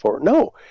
No